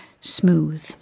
Smooth